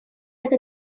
эта